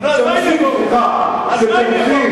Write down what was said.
נו אז מה אם יבואו, אז מה אם יבואו.